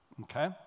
okay